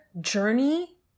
journey